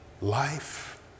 Life